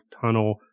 tunnel